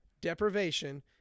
Deprivation